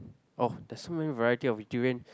oh there's so many variety of durian